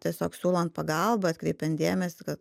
tiesiog siūlant pagalbą atkreipiant dėmesį kad